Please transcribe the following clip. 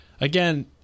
again